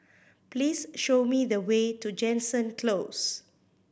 please show me the way to Jansen Close